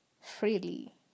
freely